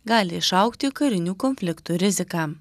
gali išaugti karinių konfliktų rizika